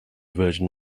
virgin